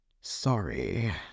Sorry